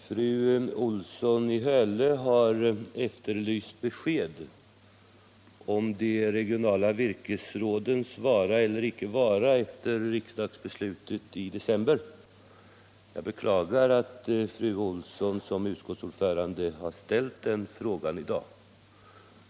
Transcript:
Fru talman! Fru Olsson i Hölö har efterlyst besked om de regionala virkesrådens vara eller icke vara efter riksdagsbeslutet i december. Jag beklagar att fru Olsson har ställt den frågan i dag.